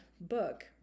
book